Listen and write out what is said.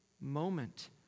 moment